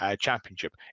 championship